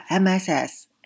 MSS